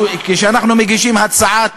כשאנחנו מגישים הצעות